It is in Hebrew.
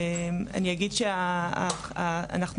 אגיד שאנחנו